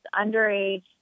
underage